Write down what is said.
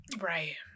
Right